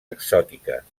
exòtiques